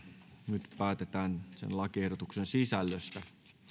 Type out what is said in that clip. nyt päätetään lakiehdotuksen sisällöstä